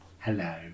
Hello